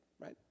right